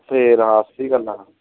ਫਿਰ ਆ ਸਹੀ ਗੱਲ ਆ